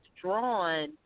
drawn